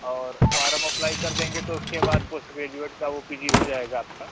और form apply कर देंगे तो उसके बाद कुछ ग्रेजुएट का वो पी जी हो जाएगा आपका